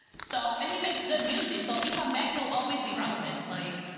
so and he makes good music, so if he come back, he'll always be relevant. like